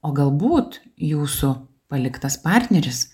o galbūt jūsų paliktas partneris